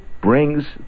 brings